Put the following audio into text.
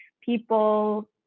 people